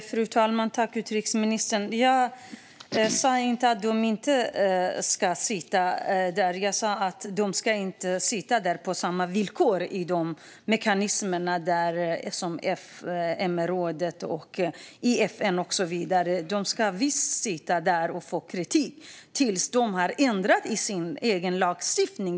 Fru talman! Tack, utrikesministern! Jag sa inte att de här länderna inte ska sitta i kontrollmekanismerna i MR-rådet, FN och så vidare, utan jag sa att de inte ska sitta där på samma villkor. De ska visst sitta där, men de ska få kritik tills de har ändrat sin egen lagstiftning.